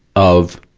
of